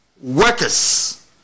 workers